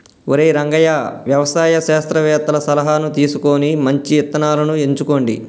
ఒరై రంగయ్య వ్యవసాయ శాస్త్రవేతల సలహాను తీసుకొని మంచి ఇత్తనాలను ఎంచుకోండి